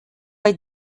bei